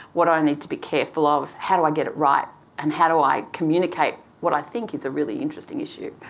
what do i need to be careful of, how do i get it right and how do i communicate what i think is a really interesting issue.